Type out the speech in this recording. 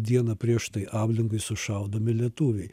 dieną prieš tai ablingoj sušaudomi lietuviai